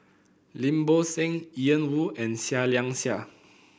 Lim Bo Seng Ian Woo and Seah Liang Seah